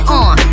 on